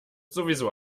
sowieso